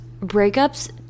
breakups